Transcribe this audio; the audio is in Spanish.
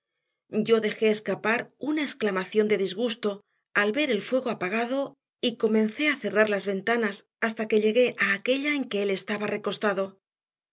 yo dejé escapar una exclamación de disgusto al ver el fuego apagado y comencé a cerrar las ventanas hasta que llegué a aquella en que él estaba recostado